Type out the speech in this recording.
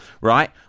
right